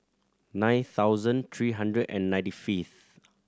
nine thousand three hundred and ninety fifth